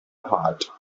heart